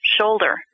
shoulder